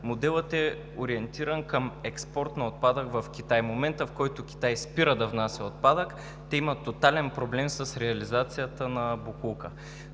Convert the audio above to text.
моделът е ориентиран към експорт на отпадък в Китай. В момента, в който Китай спира да внася отпадък, те имат тотален проблем с реализацията на боклука.